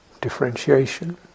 differentiation